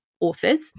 authors